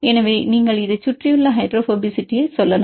எனவே நீங்கள் இதை சுற்றியுள்ள ஹைட்ரோபோபசிட்டியைச் சொல்லலாம்